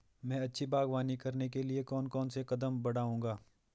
मैं अच्छी बागवानी करने के लिए कौन कौन से कदम बढ़ाऊंगा?